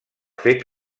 fet